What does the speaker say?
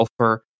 offer